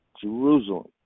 Jerusalem